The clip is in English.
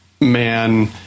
man